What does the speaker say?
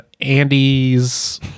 andy's